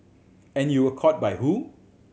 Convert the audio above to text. and you were caught by who